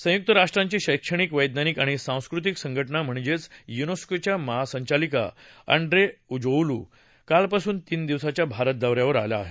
संयुक्त राष्ट्रांची शक्तणिक वक्तानिक आणि सांस्कृतिक संघटना म्हणजेच युनेस्कोच्या महासंचालिका ऑडू एजोउले कालपासून तीन दिवसांच्या भारत दौऱ्यावर आल्या आहेत